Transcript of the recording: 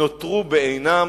נותרו בעינן.